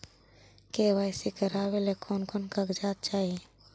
KYC करावे ले कोन कोन कागजात चाही?